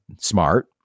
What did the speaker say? smart